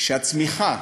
שהצמיחה